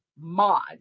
Mod